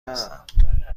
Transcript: هستم